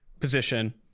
Position